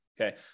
Okay